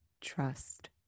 trust